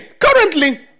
currently